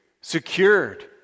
secured